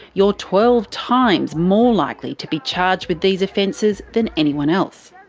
you're twelve times more likely to be charged with these offences than anyone else.